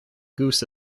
goose